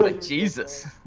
Jesus